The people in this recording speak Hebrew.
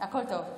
הכול טוב.